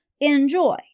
enjoy